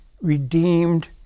redeemed